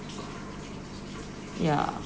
yeah